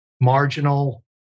marginal